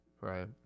right